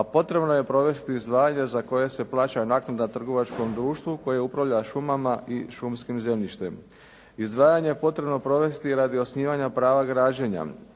a potrebno je provesti izdvajanje za koje se plaća naknada trgovačkom društvu koje upravlja šumama i šumskim zemljištem. Izdvajanje je potrebno provesti radi osnivanja prava građenja.